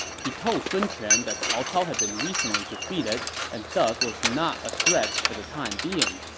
he told sun quan that cao cao had been recently defeated and thus was not a threat for the time being.